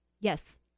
Yes